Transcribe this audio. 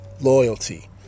Loyalty